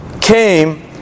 came